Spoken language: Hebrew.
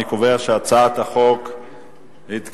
אני קובע שהצעת החוק התקבלה,